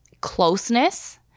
closeness